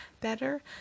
better